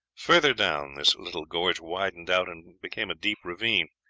further down this little gorge widened out and became a deep ravine,